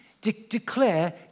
declare